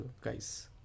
guys